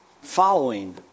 following